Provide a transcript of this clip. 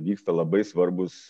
vyksta labai svarbūs